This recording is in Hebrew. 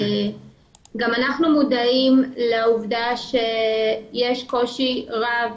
גם אנחנו מודעים לעובדה שיש קושי רב